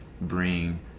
bring